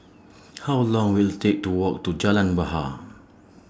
How Long Will IT Take to Walk to Jalan Bahar